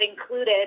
included